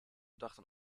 dachten